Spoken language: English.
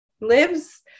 lives